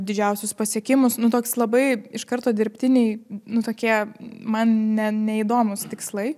didžiausius pasiekimus nu toks labai iš karto dirbtiniai nu tokie man ne neįdomūs tikslai